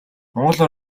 монголын